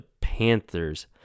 Panthers